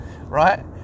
right